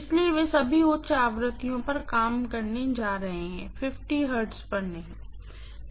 इसलिए वे सभी उच्च आवृत्तियों पर काम करने जा रहे हैं हर्ट्ज पर नहीं